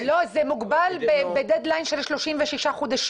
לא, זה מוגבל בדד-ליין של 36 חודשים.